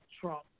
Trump